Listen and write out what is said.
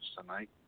tonight